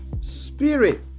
spirit